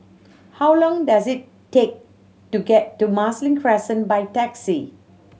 how long does it take to get to Marsiling Crescent by taxi